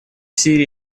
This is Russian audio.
сирии